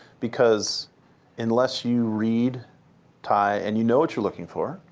because unless you read thai and you know what you're looking for,